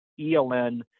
ELN